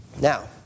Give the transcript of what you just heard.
Now